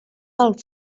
del